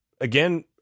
again